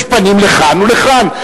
יש פנים לכאן ולכאן.